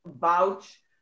vouch